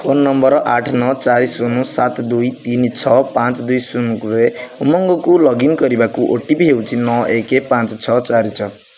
phone number ଆଠ ନଅ ଚାରି ଶୂନ ସାତ ଦୁଇ ତିନି ଛଅ ପାଞ୍ଚ ଦୁଇ ଶୂନରେ ଉମଙ୍ଗକୁ ଲଗ୍ଇନ୍ କରିବାକୁ ଓ ଟି ପି ହେଉଛି ନଅ ଏକ ପାଞ୍ଚ ଛଅ ଚାରି ଛଅ